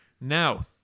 Now